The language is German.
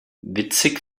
witzig